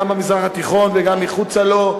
גם במזרח התיכון וגם מחוץ לו,